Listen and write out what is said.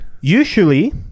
Usually